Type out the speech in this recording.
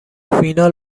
فینال